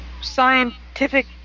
scientific